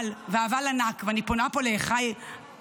אבל, ואבל ענק, ואני פונה פה לאחיי החרדים: